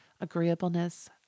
agreeableness